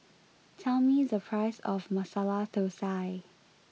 tell me the price of Masala Thosai